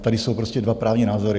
Tady jsou prostě dva právní názory.